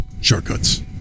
shortcuts